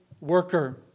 worker